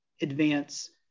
advance